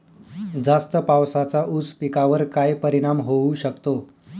जास्त पावसाचा ऊस पिकावर काय परिणाम होऊ शकतो?